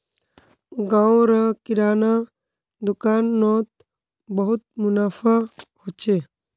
गांव र किराना दुकान नोत बहुत मुनाफा हो छे